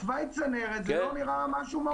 תוואי צנרת לא נראה משהו מהותי.